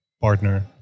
partner